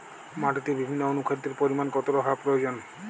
মাটিতে বিভিন্ন অনুখাদ্যের পরিমাণ কতটা হওয়া প্রয়োজন?